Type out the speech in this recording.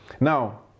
now